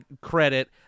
credit